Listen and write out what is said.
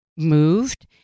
moved